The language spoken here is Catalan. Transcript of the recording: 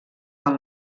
del